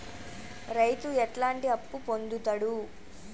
రైతు ఎట్లాంటి అప్పు పొందుతడు?